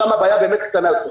שם הבעיה באמת קטנה יותר.